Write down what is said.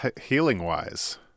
healing-wise